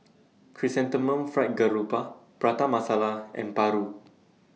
Chrysanthemum Fried Garoupa Prata Masala and Paru